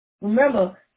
remember –